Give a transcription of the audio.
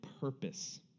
purpose